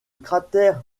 cratère